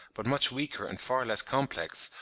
but much weaker and far less complex,